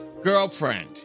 girlfriend